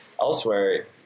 elsewhere